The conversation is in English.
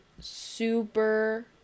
super